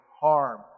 harm